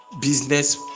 business